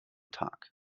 tag